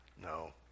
No